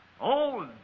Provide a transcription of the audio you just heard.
Old